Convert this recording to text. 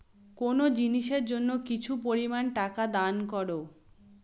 কোনো জিনিসের জন্য কিছু পরিমান টাকা দান করো